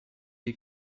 est